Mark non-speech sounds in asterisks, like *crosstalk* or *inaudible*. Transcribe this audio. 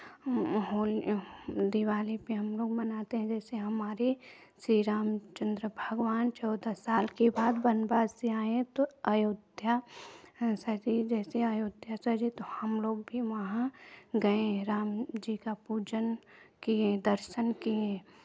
होली दिवाली पे हमलोग मनाते हैं जैसे हमारी श्री रामचंद्र भगवान चौदह साल के बाद वनवास से आये तो अयोध्या *unintelligible* जैसे अयोध्या से आये तो हमलोग भी वहां गये राम जी का पूजन किये दर्शन किये